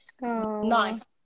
nice